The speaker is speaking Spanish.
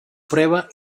prueba